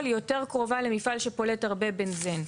היא יותר קרובה למפעל שפולט הרבה בנזן.